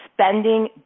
spending